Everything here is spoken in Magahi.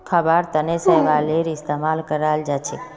खाबार तनों शैवालेर इस्तेमाल कराल जाछेक